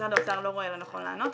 משרד האוצר לא רואה לנכון לענות,